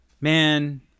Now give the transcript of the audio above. man